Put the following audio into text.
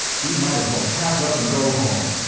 we might as well pack up and go home.